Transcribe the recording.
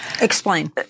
explain